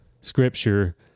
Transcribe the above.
scripture